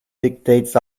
dictates